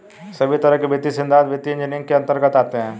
सभी तरह के वित्तीय सिद्धान्त वित्तीय इन्जीनियरिंग के अन्तर्गत आते हैं